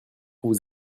vous